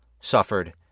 suffered